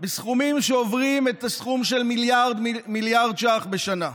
בסכומים שעוברים את הסכום של מיליארד ש"ח בשנה.